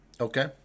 Okay